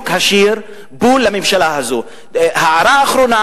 בשיר הזה הוא מבדיל איך הם מחפשים את הפושע הקטן,